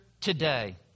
today